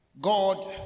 God